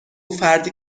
فردی